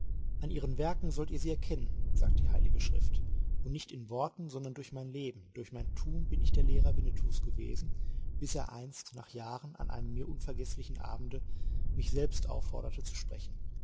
an ihren werken sollt ihr sie erkennen sagt die heilige schrift und nicht in worten sondern durch mein leben durch mein tun bin ich der lehrer winnetous gewesen bis er einst nach jahren an einem mir unvergeßlichen abende mich selbst aufforderte zu sprechen